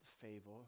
favor